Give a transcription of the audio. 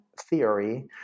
theory